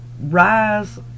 rise